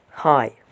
Hi